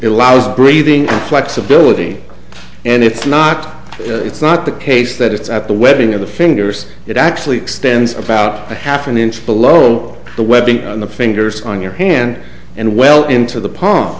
allows breathing flexibility and it's not it's not the case that it's at the wedding of the fingers it actually extends about a half an inch below the webbing on the fingers on your hand and well into the palm